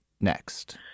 next